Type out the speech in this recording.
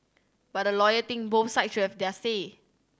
but a lawyer think both sides should have their say